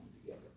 together